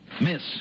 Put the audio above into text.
Miss